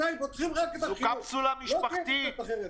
זה קפסולה משפחתית.